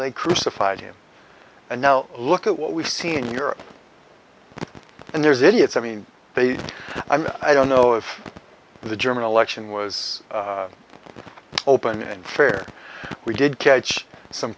they crucified him and now look at what we've seen in europe and there's idiots i mean they i don't know if the german election was open and fair we did catch some